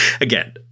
again